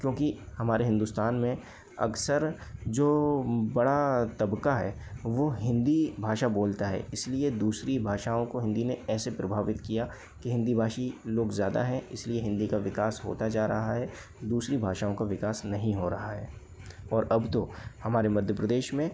क्योंकि हमारे हिन्दुस्तान में अक्सर जो बड़ा तबका है वो हिंदी भाषा बोलता है इसलिए दूसरी भाषाओं को हिंदी ने ऐसे प्रभावित किया कि हिंदी भाषी लोग ज़्यादा हैं इसलिए हिंदी का विकास होता जा रहा है दूसरी भाषाओं का विकास नहीं हो रहा है और अब तो हमारे मध्य प्रदेश में